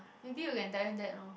maybe we can tell him that loh